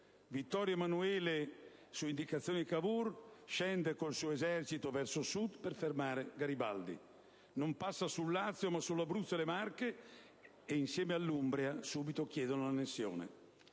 Vittorio Emanuele quindi, su indicazioni di Cavour, scende col suo esercito verso Sud per fermare Garibaldi. Non passa sul Lazio ma sull'Abruzzo e le Marche che, insieme all'Umbria, subito chiedono l'annessione.